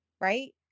right